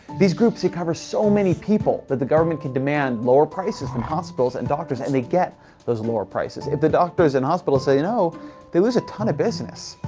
these groups he covers so many people that the government can demand lower prices from hospitals and doctors and they get those lower prices. if the doctors and hospitals say no they lose a ton of business.